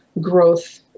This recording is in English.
growth